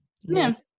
Yes